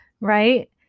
Right